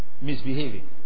misbehaving